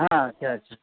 हां अच्छा अच्छा